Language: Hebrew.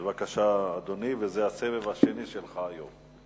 בבקשה, אדוני, אתה בסבב השני היום.